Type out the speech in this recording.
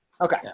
okay